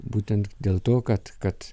būtent dėl to kad kad